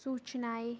सूचनाएँ